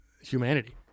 humanity